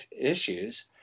issues